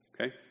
Okay